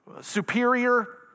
superior